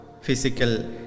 physical